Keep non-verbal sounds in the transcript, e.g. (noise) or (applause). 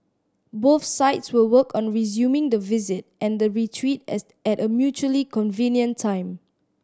both sides will work on resuming the visit and the retreat as (unintelligible) at a mutually convenient time